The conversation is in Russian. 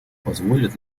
позволит